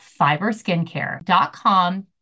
FiberSkincare.com